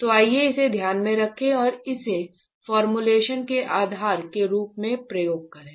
तो आइए इसे ध्यान में रखें और इसे फॉर्मूलेशन के आधार के रूप में उपयोग करें